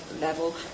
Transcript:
level